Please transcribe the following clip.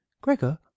gregor